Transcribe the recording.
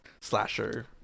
slasher